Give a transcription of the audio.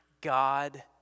God